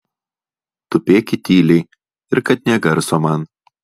tupėkit tyliai ir kad nė garso man